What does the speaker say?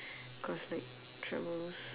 cause like troubles